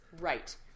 Right